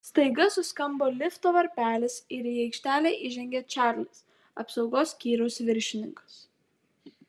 staiga suskambo lifto varpelis ir į aikštelę įžengė čarlis apsaugos skyriaus viršininkas